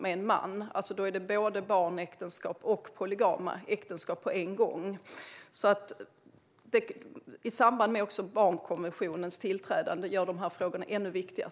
Det är alltså både barnäktenskap och polygama äktenskap på en gång. I samband med tillträdandet av barnkonventionen blir de här frågorna ännu viktigare.